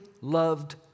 loved